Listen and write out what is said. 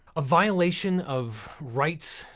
a violation of rights,